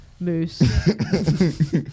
moose